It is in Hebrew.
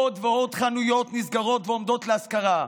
עוד ועוד חנויות נסגרות ועומדות להשכרה.